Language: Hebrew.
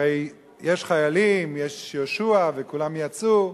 הרי יש חיילים, יש יהושע, וכולם יצאו,